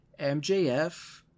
MJF